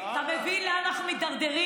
אתה מבין לאן אנחנו מידרדרים?